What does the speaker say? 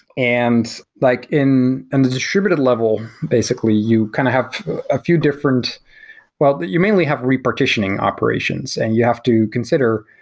and like in and the distributed level, basically, you kind of have a few different well, but you mainly have repartitioning operations and you have to consider,